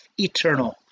eternal